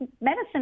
medicine